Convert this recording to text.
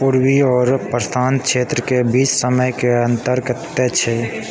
पूर्वी आओर प्रशांत क्षेत्रके बीच समयके अन्तर कते छै